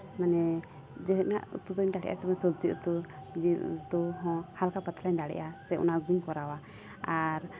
ᱢᱟᱱᱮ ᱡᱟᱦᱟᱱᱟᱜ ᱩᱛᱩ ᱫᱚᱧ ᱫᱟᱲᱮ ᱟᱥᱮ ᱵᱟᱝ ᱥᱚᱵᱽᱡᱤ ᱩᱛᱩ ᱡᱤᱞ ᱩᱛᱩ ᱦᱚᱸ ᱦᱟᱞᱠᱟ ᱯᱟᱛᱞᱟᱧ ᱫᱟᱲᱮᱭᱟᱜᱼᱟ ᱥᱮ ᱚᱱᱟᱜᱮᱧ ᱠᱚᱨᱟᱣᱟ ᱟᱨ